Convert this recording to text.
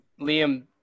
Liam